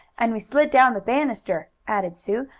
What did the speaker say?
and we slid down the banister, added sue,